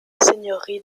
seigneurie